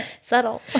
Subtle